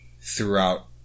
throughout